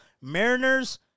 Mariners